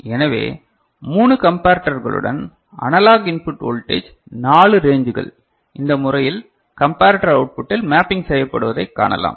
எனவே 3 கம்பாட்டர் களுடன் analogue input voltage 4 ரேஞ்ச்கள் இந்த முறையில் கம்பரட்டர் அவுட்புட்டில் மேப்பிங் செய்யப்படுவதை காணலாம்